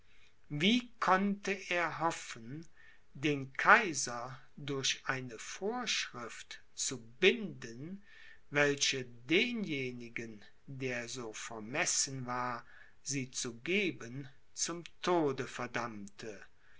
wie konnte er hoffen den kaiser durch eine vorschrift zu binden welche denjenigen der so vermessen war sie zu geben zum tode verdammte